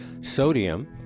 Sodium